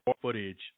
footage